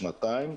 שנתיים,